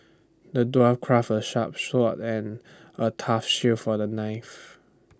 the dwarf craft A sharp sword and A tough shield for the knight